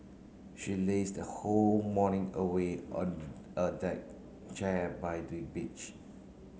she lazed whole morning away on a deck chair by the beach